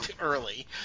early